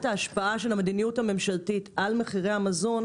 ההשפעה של המדיניות הממשלתית על מחירי המזון,